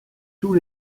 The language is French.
tous